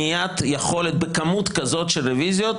ובכמות כזאת של רוויזיות,